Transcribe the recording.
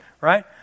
right